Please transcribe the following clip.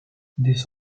this